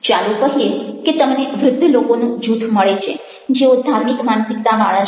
ચાલો કહીએ કે તમને વૃદ્ધ લોકોનું જૂથ મળે છે જેઓ ધાર્મિક માનસિકતાવાળા છે